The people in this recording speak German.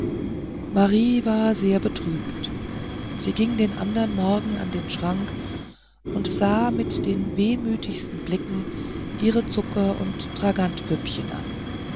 marie war sehr betrübt sie ging den andern morgen an den schrank und sah mit den wehmütigsten blicken ihre zucker und dragantpüppchen an